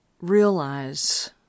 realize